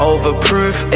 Overproof